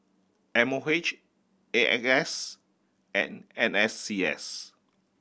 M O H A X S and N S C S